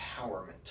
empowerment